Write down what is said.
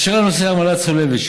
אשר לנושא העמלה הצולבת,